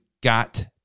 got